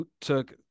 took